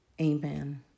Amen